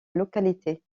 localité